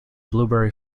blueberry